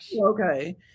Okay